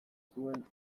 zuen